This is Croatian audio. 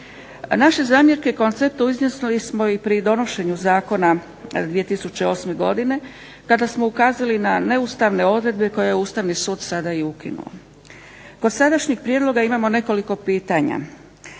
Naše zamjerke konceptu iznesli smo i pri donošenju zakona 2008. godine kada smo ukazali na neustavne odredbe koje je Ustavni sud sada i ukinuo. Kod sadašnjeg prijedloga imamo nekoliko pitanja.